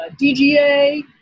dga